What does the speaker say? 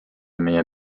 meie